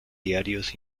diarios